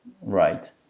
Right